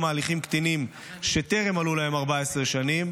ההליכים קטינים שטרם מלאו להם 14 שנים.